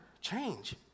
change